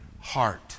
heart